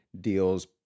deals